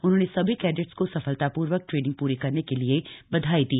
उन्होंने सभी कैडेट्स को सफलतापूर्वक ट्रेनिंग पूरी करने के लिए बधाई दी